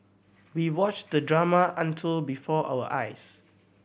we watched the drama until before our eyes